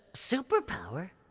super power?